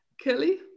Kelly